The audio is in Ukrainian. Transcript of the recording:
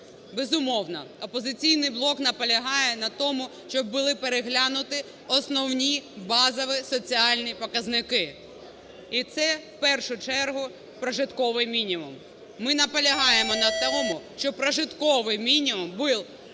Безумовно, "Опозиційний блок" наполягає на тому, щоб були переглянуті основні, базові, соціальні показники, і це в першу чергу прожитковий мінімум. Ми наполягаємо на тому, щоб прожитковий мінімум був